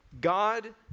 God